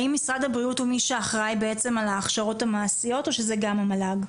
האם משרד הבריאות הוא מי שאחראי על ההכשרות המעשיות או שזה גם המל"ג?